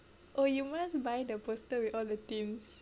oh you must buy the poster with all the teams